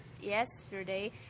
Yesterday